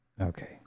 Okay